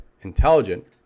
intelligent